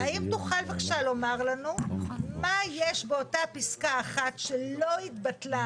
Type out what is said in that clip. האם תוכל בבקשה לומר לנו מה יש באותה פסקה 1 שלא התבטלה